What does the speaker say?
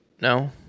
no